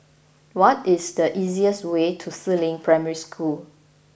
what is the easiest way to Si Ling Primary School